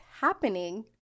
happening